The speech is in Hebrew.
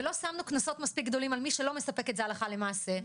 ולא שמנו קנסות מספיק גדולים על מי שלא מספק את זה הלכה למעשה,